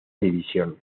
división